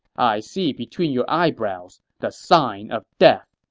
i see between your eyebrows the sign of death.